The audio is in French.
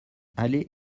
aller